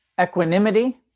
equanimity